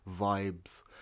vibes